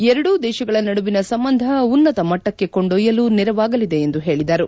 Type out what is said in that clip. ಎರಡೂ ದೇಶಗಳ ನಡುವಿನ ಸಂಬಂಧ ಉನ್ನತ ಮಟ್ಟಕ್ಕೆ ಕೊಂಡೊಯ್ಯಲು ನೆರವಾಗಲಿದೆ ಎಂದು ಹೇಳಿದರು